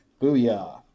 Booyah